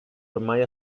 ormai